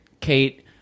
Kate